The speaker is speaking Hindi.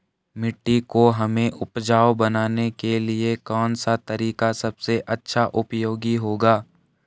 मिट्टी को हमें उपजाऊ बनाने के लिए कौन सा तरीका सबसे अच्छा उपयोगी होगा?